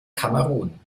kamerun